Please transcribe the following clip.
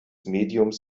mediums